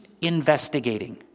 investigating